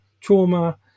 trauma